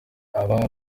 aba